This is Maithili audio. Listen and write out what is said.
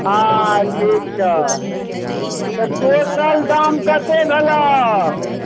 हँ ठीक छह तऽ टोटल दाम कतेक भेलह